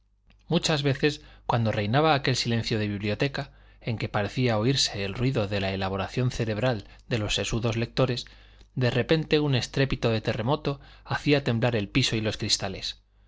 muchas veces cuando reinaba aquel silencio de biblioteca en que parecía oírse el ruido de la elaboración cerebral de los sesudos lectores de repente un estrépito de terremoto hacía temblar el piso y los cristales